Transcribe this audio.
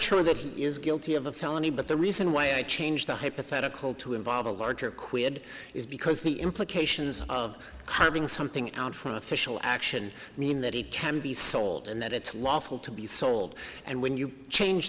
sure that he is guilty of a felony but the reason why i change the hypothetical to involve a larger quid is because the implications of having something out from official action mean that it can be sold and that it's lawful to be sold and when you change